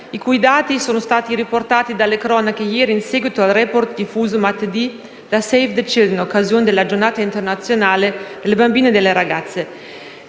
i cui dati sono stati riportati dalle cronache ieri, in seguito al *report* diffuso martedì da Save the Children, in occasione della Giornata internazionale delle bambine e delle ragazze.